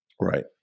right